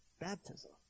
baptism